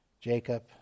Jacob